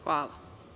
Hvala.